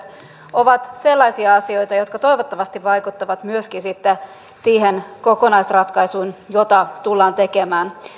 ovat sellaisia asioita jotka toivottavasti vaikuttavat myöskin sitten siihen kokonaisratkaisuun joka tullaan tekemään